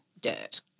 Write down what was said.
dirt